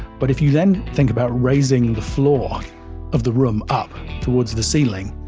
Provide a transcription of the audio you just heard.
but if you then think about raising the floor of the room up towards the ceiling,